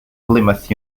plymouth